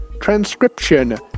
transcription